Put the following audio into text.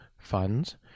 funds